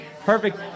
perfect